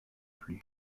plus